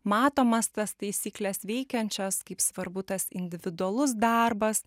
matomas tas taisykles veikiančias kaip svarbu tas individualus darbas